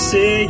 Say